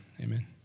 Amen